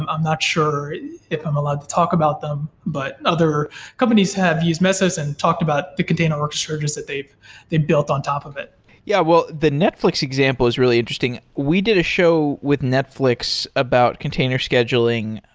i'm i'm not sure if i'm allowed to talk about them, but other companies have used mesos and talked about the container orchestrators that they've they've built on top of it yeah. well, the netflix example is really interesting. we did a show with netflix about container scheduling,